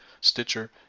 Stitcher